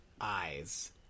eyes